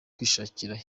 kwishakira